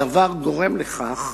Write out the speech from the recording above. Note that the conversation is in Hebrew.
הדבר גורם לכך